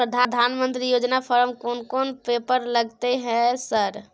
प्रधानमंत्री योजना फारम कोन कोन पेपर लगतै है सर?